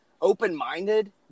open-minded